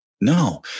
No